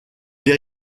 les